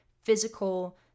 physical